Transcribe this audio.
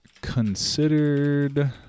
considered